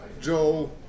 Joe